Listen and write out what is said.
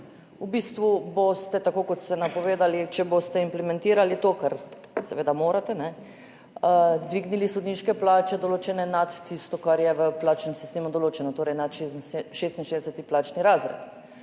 V bistvu boste, tako kot ste napovedali, če boste implementirali to, kar seveda morate, dvignili sodniške plače, določene nad tisto, kar je v plačnem sistemu določeno, torej nad 66. plačni razred.